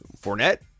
Fournette